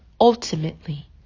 ultimately